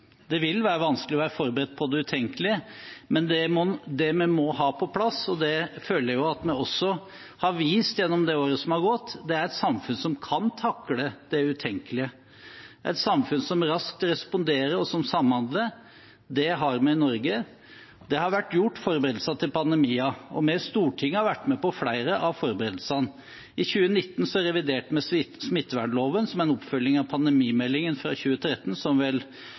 Det vil være vanskelig å være forberedt på det utenkelige, men det vi må ha på plass, og det føler jeg at vi også har vist gjennom det året som er gått, er et samfunn som kan takle det utenkelige – et samfunn som raskt responderer og som samhandler. Det har vi i Norge. Det har vært gjort forberedelser til pandemier, og vi i Stortinget har vært med på flere av forberedelsene. I 2019 reviderte vi smittevernloven, som en oppfølging av pandemimeldingen fra 2013,